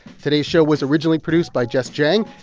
today's show was originally produced by jess jiang.